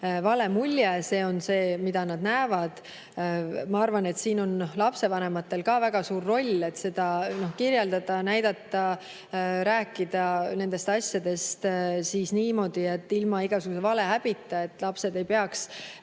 vale mulje, see on see, mida nad näevad. Ma arvan, et siin on lapsevanematel ka väga suur roll, et seda kirjeldada, näidata, rääkida nendest asjadest niimoodi ilma igasuguse valehäbita, et lapsed ei peaks